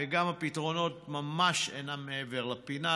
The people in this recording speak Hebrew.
וגם הפתרונות ממש אינם מעבר לפינה,